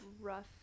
rough